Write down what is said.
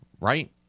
Right